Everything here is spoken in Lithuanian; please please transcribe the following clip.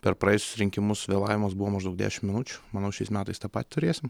per praėjusius rinkimus vėlavimas buvo maždaug dešimt minučių manau šiais metais taip patį turėsim